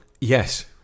Yes